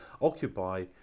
occupy